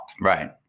Right